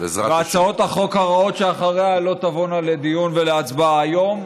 והצעות החוק הרעות שאחריה לא תבואנה לדיון ולהצבעה היום,